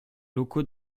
locaux